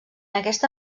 aquesta